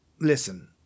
Listen